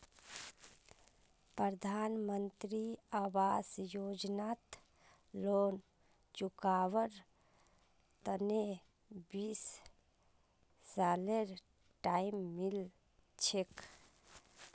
प्रधानमंत्री आवास योजनात लोन चुकव्वार तने बीस सालेर टाइम मिल छेक